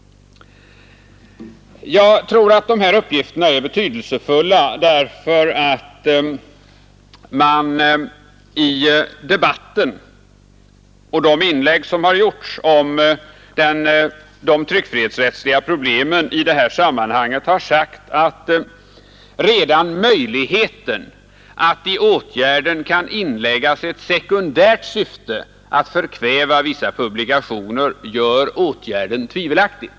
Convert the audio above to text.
Jag tror att dessa uppgifter är betydelsefulla därför att man i debatten och i de inlägg som har gjorts om de tryckfrihetsrättsliga problemen i sammanhanget har sagt att redan möjligheten att i åtgärden kan inläggas ett sekundärt syfte att förkväva vissa publikationer gör åtgärden tvivelaktig.